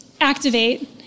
activate